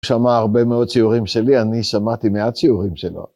שמע הרבה מאוד שיעורים שלי, אני שמעתי מעט שיעורים שלו.